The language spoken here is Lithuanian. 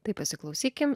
tai pasiklausykim